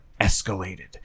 escalated